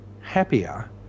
happier